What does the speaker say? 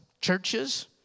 churches